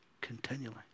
continually